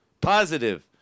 Positive